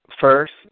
first